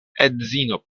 edzino